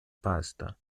pasta